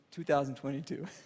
2022